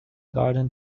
garden